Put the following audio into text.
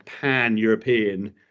pan-European